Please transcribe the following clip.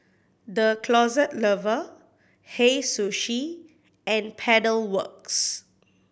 The Closet Lover Hei Sushi and Pedal Works